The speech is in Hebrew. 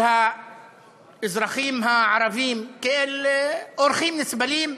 אל האזרחים הערבים, כאל אורחים נסבלים,